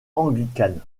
anglicane